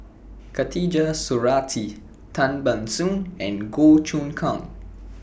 Khatijah Surattee Tan Ban Soon and Goh Choon Kang